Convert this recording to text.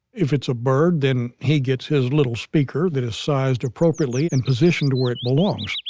if it's a bird, then he gets his little speaker that is sized appropriately, and positioned where it belongs.